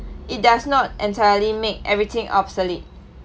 it does not entirely make everything obsolete